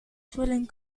suelen